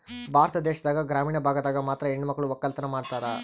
ಭಾರತ ದೇಶದಾಗ ಗ್ರಾಮೀಣ ಭಾಗದಾಗ ಮಾತ್ರ ಹೆಣಮಕ್ಳು ವಕ್ಕಲತನ ಮಾಡ್ತಾರ